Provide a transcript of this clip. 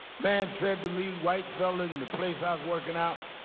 man said to me, white fellow in the place i was working out,